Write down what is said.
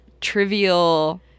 trivial